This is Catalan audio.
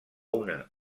una